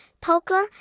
poker